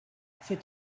c’est